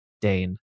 Dane